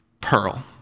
pearl